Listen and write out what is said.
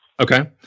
Okay